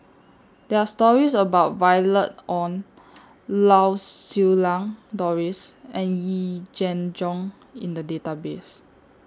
There Are stories about Violet Oon Lau Siew Lang Doris and Yee Jenn Jong in The Database